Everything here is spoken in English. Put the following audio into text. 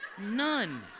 None